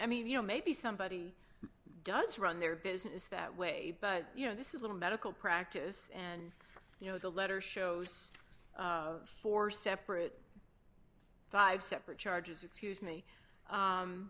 too many you know maybe somebody does run their business that way but you know this is a medical practice and you know the letter shows four separate five separate charges excuse me